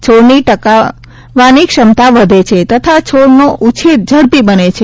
છોડની ટકવાની ક્ષમતા વધે છે તથા છોડનો ઉછેર ઝડપી બની છે